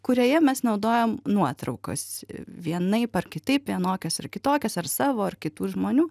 kurioje mes naudojom nuotraukas vienaip ar kitaip vienokias ar kitokias ar savo ar kitų žmonių